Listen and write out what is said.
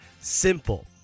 simple